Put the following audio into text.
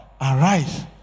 Arise